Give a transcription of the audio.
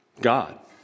God